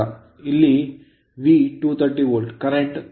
ಇಲ್ಲಿ V 230 volt current 35